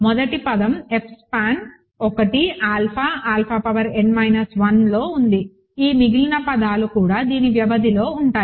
మొదటి పదం F span 1 alpha alpha power n minus 1లో ఉంది ఈ మిగిలిన పదాలు కూడా దీని వ్యవధిలో ఉంటాయి